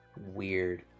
weird